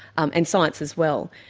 um and science as well,